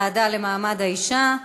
הוועדה למעמד האישה,